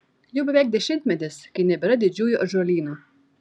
jau beveik dešimtmetis kai nebėra didžiųjų ąžuolynų